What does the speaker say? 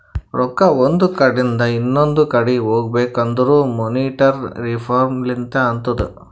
ರೊಕ್ಕಾ ಒಂದ್ ಕಡಿಂದ್ ಇನೊಂದು ಕಡಿ ಹೋಗ್ಬೇಕಂದುರ್ ಮೋನಿಟರಿ ರಿಫಾರ್ಮ್ ಲಿಂತೆ ಅತ್ತುದ್